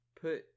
put